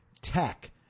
tech